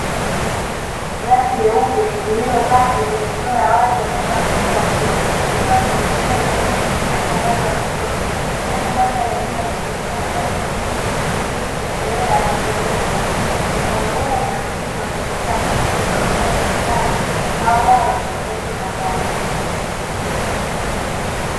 Gari jeupe lililopaki kwenye eneo la wazi wakati wa machweo ya jua likiwa limeegeshwa pembeni na kuoneshwa upande wa kushoto huku mandhari ya nyuma ikijumuisha magari mengine miti na trela la shehena. Muonekano huu unaakisi mazingira ya kituo cha uuzaji wa magari au ghala la usambazaji wa magari.